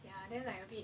ya then like a bit